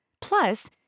Plus